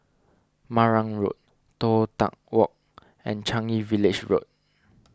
Marang Road Toh Tuck Walk and Changi Village Road